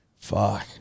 Fuck